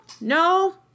no